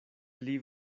pli